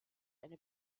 eine